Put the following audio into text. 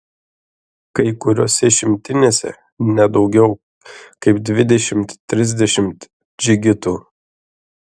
kai kuriose šimtinėse ne daugiau kaip dvidešimt trisdešimt džigitų